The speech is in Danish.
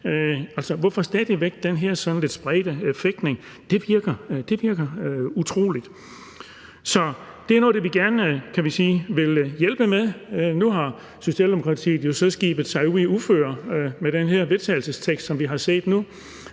Hvorfor stadig væk den her sådan lidt spredte fægtning? Det virker utroligt. Så det er noget af det, vi gerne vil hjælpe med. Nu har Socialdemokratiet jo så skibet sig ud i uføre med det her forslag til vedtagelse, som vi har set,